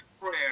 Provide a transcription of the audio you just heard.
prayer